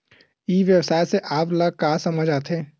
ई व्यवसाय से आप ल का समझ आथे?